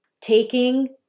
taking